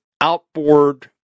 Outboard